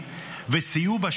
זיכרונו לברכה,